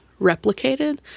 replicated